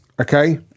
okay